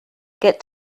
get